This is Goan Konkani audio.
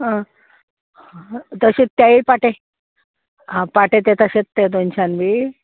आं तशें तेय पाटे आं पाटे तें तशेंच तें दोनशान बी